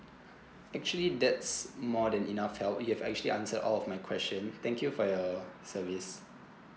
actually that's more than enough help you have actually answered all of my question thank you for your service